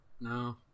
No